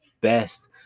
best